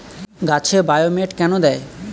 গাছে বায়োমেট কেন দেয়?